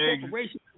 corporation